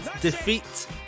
defeat